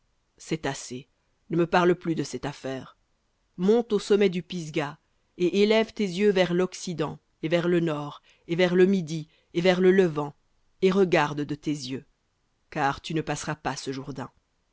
c'est assez ne me parle plus de cette affaire monte au sommet du pisga et élève tes yeux vers l'occident et vers le nord et vers le midi et vers le levant et regarde de tes yeux car tu ne passeras pas ce